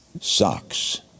Socks